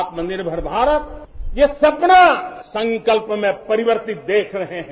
आत्मनिर्भर भारत ये सपना संकल्प में परिवर्तित देख रहे है